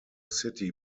city